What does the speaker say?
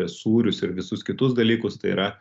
sūrius ir visus kitus dalykus tai yra